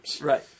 right